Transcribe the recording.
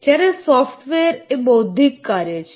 જ્યારે સોફ્ટવેરે બૌદ્ધિક કાર્ય છે